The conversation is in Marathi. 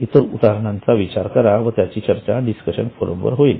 इतर उदाहरणांचा विचार करा त्यांची चर्चा डिस्कशन फोरमवर होईल